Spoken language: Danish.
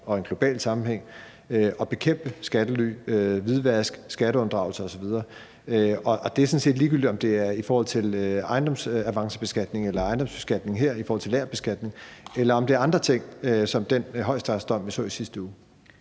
og i en global sammenhæng – at bekæmpe skattely, hvidvask, skatteunddragelse osv. Og det er sådan set ligegyldigt, om det er i forhold til ejendomsavancebeskatning eller som her i forhold til lagerbeskatning, eller om det er andre ting, som f.eks. med den højesteretsdom, vi så i sidste uge.